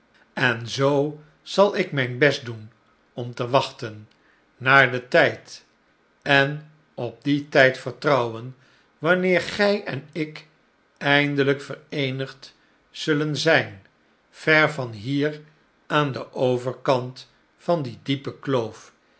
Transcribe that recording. en zoo zal ik mijn best doen om te wachten naar den tijd en op dien tijd vertrouwen wanneer gij en ik eindelijk vereenigd zullen zijn ver van liier aan den overkant van die diepe kloof